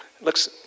looks